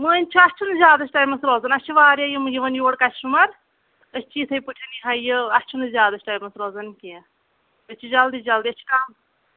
وۄنۍ چھِ اَسہِ چھنہٕ زیادس ٹایمس روزُن اَسہِ واریاہ یمِ یوان یور کسٹَمر ٲسۍ چھِ یِتھَے پٲٹھۍ یہ ہا یہ اَسہِ چھُنہٕ زِیادس ٹایمس روزن کیٚنٛہہ أسۍ چھِ جلدی جلدی أسۍ چھِ کم